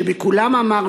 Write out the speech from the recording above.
שבכולם אמר